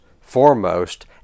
foremost